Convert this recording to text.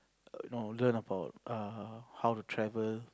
err you know learn about err how to travel